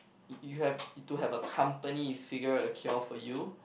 you have to have a company figure a cure for you